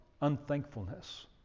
unthankfulness